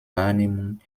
wahrnehmung